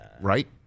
right